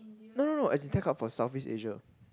no no no as in tech hub for Southeast Asia